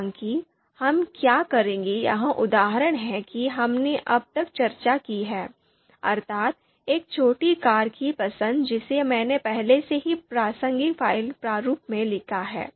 हालांकि हम क्या करेंगे यह उदाहरण है कि हमने अब तक चर्चा की है अर्थात् एक छोटी कार की पसंद जिसे मैंने पहले से ही प्रासंगिक फ़ाइल प्रारूप में लिखा है